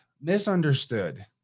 misunderstood